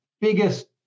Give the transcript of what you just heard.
biggest